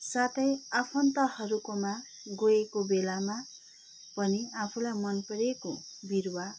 साथै आफन्तहरूकोमा गएको बेलामा पनि आफूलाई मन परेको बिरुवा